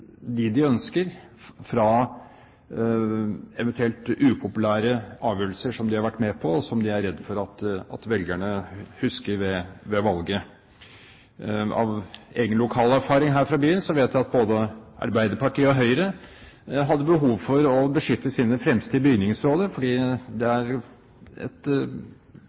de ønsker, fra eventuelt upopulære avgjørelser som de har vært med på, og som de er redd for at velgerne husker ved valget. Av egen lokal erfaring her fra byen vet jeg at både Arbeiderpartiet og Høyre hadde behov for å beskytte sine fremste i bygningsrådet, fordi det er et